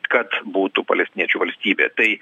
kad būtų palestiniečių valstybė tai